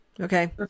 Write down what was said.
okay